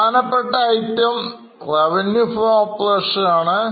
പ്രധാനപ്പെട്ട itemRevenue from operations ആണ്